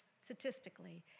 statistically